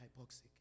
hypoxic